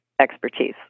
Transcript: expertise